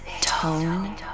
Tone